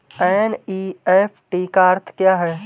NEFT का अर्थ क्या है?